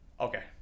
okay